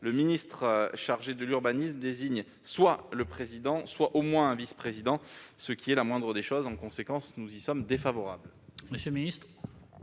le ministre chargé de l'urbanisme désigne soit le président, soit au moins un vice-président, ce qui est la moindre des choses. Par conséquent, la commission émet